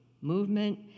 movement